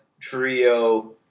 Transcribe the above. trio